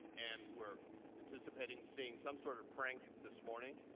and we're anticipating seeing some sort of prank this morning,